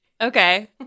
Okay